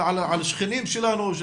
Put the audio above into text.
על שכנים שלנו,